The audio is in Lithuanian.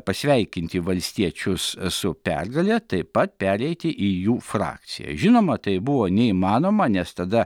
pasveikinti valstiečius su pergale taip pat pereiti į jų frakciją žinoma tai buvo neįmanoma nes tada